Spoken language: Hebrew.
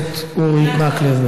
חבר הכנסת אורי מקלב,